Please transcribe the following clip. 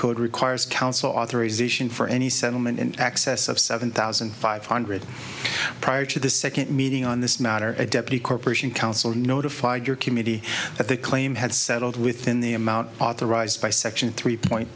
code requires council authorization for any settlement in excess of seven thousand five hundred prior to the second meeting on this matter a deputy corporation counsel notified your committee that the claim had settled within the amount authorized by section three point